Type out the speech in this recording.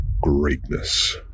greatness